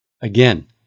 Again